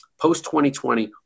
post-2020